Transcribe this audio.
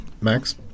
Max